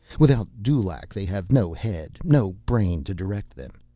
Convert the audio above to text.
without dulaq, they have no head, no brain to direct them.